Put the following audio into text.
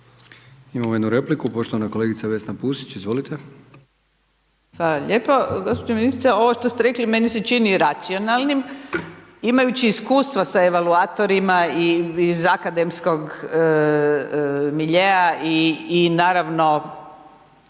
Imamo jednu repliku, poštovana kolegica Vesna Pusić. Izvolite. **Pusić, Vesna (GLAS)** Hvala lijepo. Gospođo ministrice, ovo što ste rekli, meni se čini racionalnim, imajući iskustva sa evakuatorima i iz akademskog miljea i naravno